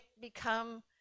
become